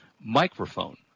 Microphone